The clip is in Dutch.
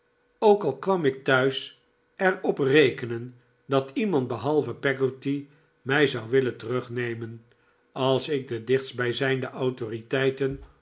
ook al kwam ik thuis er op rekenen dat iemand behalve peggotty mij zou willen terugnemen als ik de dichtstbijzijnde autoriteiten